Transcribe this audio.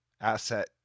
asset